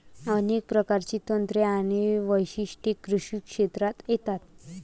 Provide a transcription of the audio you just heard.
अनेक प्रकारची तंत्रे आणि वैशिष्ट्ये कृषी क्षेत्रात येतात